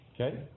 Okay